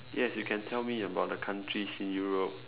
yes you can tell me about the countries in Europe